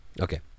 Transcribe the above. Okay